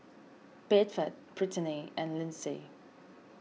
Bedford Britny and Lindsey